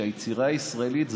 שהיצירה הישראלית,